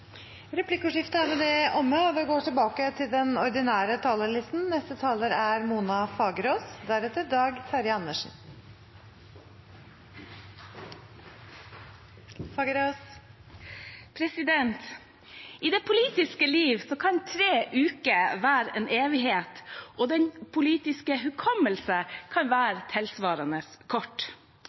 Replikkordskiftet er omme. I det politiske liv kan tre uker være en evighet, mens den politiske hukommelse kan være tilsvarende kort.